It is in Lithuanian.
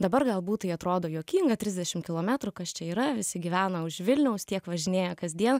dabar galbūt tai atrodo juokinga trisdešim kilometrų kas čia yra visi gyvena už vilniaus tiek važinėja kasdien